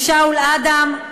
לשאול אדם,